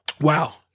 Wow